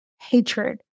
hatred